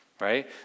right